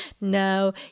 no